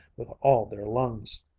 with all their lungs.